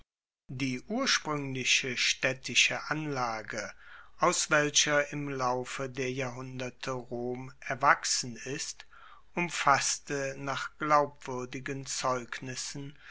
die urspruengliche staedtische anlage aus welcher im laufe der jahrhunderte rom erwachsen ist umfasste nach glaubwuerdigen zeugnissen